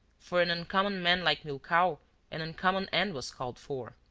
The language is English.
for an uncommon man like milkau an uncommon end was called for.